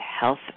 Health